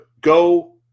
go